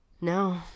No